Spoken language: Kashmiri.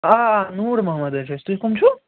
آ نوٗر محمد أسۍ حظ تُہۍ کٕم چھُو